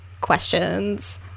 questions